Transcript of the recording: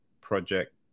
Project